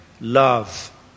love